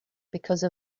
because